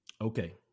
Okay